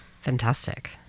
Fantastic